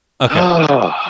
Okay